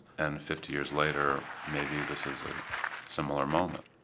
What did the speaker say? and fifty years later, maybe this is a similar moment,